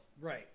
Right